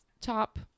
top